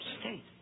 state